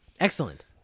Excellent